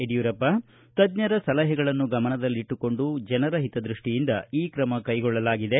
ಯಡಿಯೂರಪ್ಪ ತಜ್ಞರ ಸಲಹೆಗಳನ್ನು ಗಮನದಲ್ಲಿಟ್ಟುಕೊಂಡು ಜನರ ಹಿತದ್ಯಷ್ಟಿಯಿಂದ ಈ ಕ್ರಮ ಕೈಗೊಳ್ಳಲಾಗಿದೆ